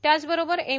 त्याचबरोबर एम